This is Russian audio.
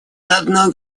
одно